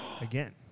again